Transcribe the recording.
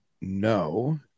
No